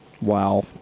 Wow